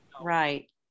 Right